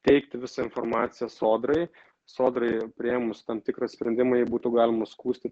teikti visą informaciją sodrai sodrai priėmus tam tikrą sprendimą jį būtų galima skųsti